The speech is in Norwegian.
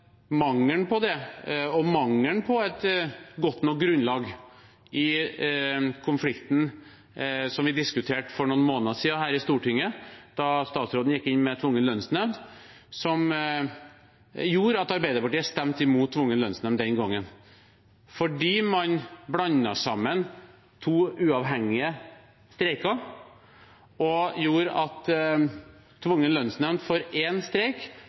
mangelen på det og mangelen på et godt nok grunnlag i konflikten vi diskuterte for noen måneder siden her i Stortinget, da statsråden gikk inn med tvungen lønnsnemnd, som gjorde at Arbeiderpartiet stemte imot tvungen lønnsnemnd den gangen. Man blandet sammen to uavhengige streiker og gjorde at tvungen